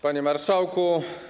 Panie Marszałku!